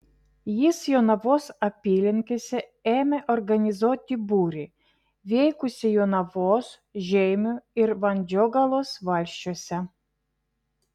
jis jonavos apylinkėse ėmė organizuoti būrį veikusį jonavos žeimių ir vandžiogalos valsčiuose